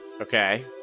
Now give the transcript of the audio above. Okay